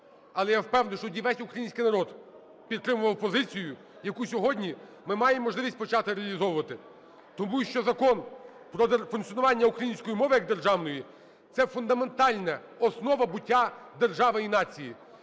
Але, я впевнений, що тоді весь український народ підтримував позицію, яку сьогодні ми маємо можливість почати реалізовувати. Тому що Закон про функціонування української мови як державної – це фундаментальна основа буття держави і нації.